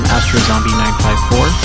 AstroZombie954